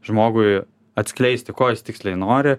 žmogui atskleisti ko jis tiksliai nori